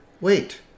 Wait